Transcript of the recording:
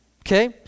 Okay